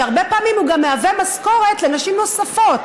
שהרבה פעמים הוא גם מהווה משכורת לנשים נוספות.